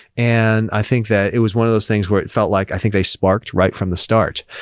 and i think that it was one of those things where it felt like i think they sparked right from the start.